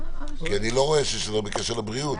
אני לא רואה שיש לזה קשר לבריאות.